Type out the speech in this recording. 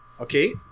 Okay